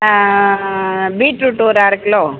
beetroot ஒரு அரக் kilo